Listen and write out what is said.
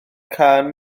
cân